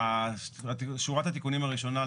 שורת התיקונים הראשונה,